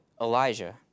Elijah